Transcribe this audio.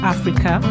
Africa